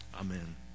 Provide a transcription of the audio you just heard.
Amen